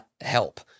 help